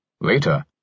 Later